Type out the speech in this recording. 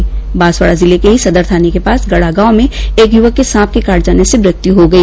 वहीं बांसवाडा जिले के ही सदर थाने के पास गड़ा गांव में एक युवक के सांप के काट जाने से मृत्यु हो गई